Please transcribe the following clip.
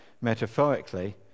metaphorically